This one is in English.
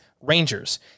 Rangers